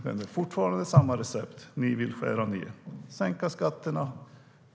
Men det är fortfarande samma recept. Ni vill skära ned och sänka skatterna.